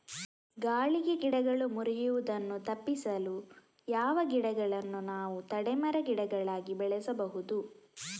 ಗಾಳಿಗೆ ಗಿಡಗಳು ಮುರಿಯುದನ್ನು ತಪಿಸಲು ಯಾವ ಗಿಡಗಳನ್ನು ನಾವು ತಡೆ ಮರ, ಗಿಡಗಳಾಗಿ ಬೆಳಸಬಹುದು?